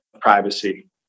privacy